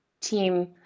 team